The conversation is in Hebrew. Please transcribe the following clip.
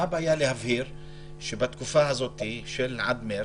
מה הבעיה להבהיר שבתקופה הזאת של עד מרץ,